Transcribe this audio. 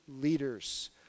leaders